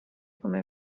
come